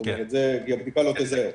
זאת אומרת, הבדיקה לא תזהה אותו.